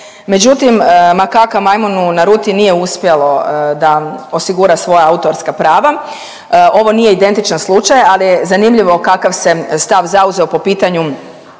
Međutim, makaka majmunu Naruti nije uspjelo da osigura svoja autorska prava. Ovo nije identičan slučaj, ali je zanimljivo kakav se stav zauzeo po pitanju